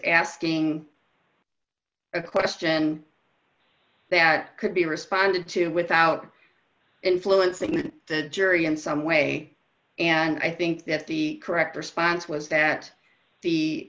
asking a question that could be responded to without influencing the jury in some way and i think that the correct response was that the